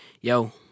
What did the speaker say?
yo-